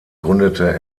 gründete